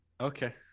Okay